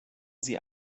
sie